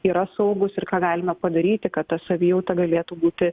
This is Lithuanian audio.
yra saugūs ir ką galima padaryti kad ta savijauta galėtų būti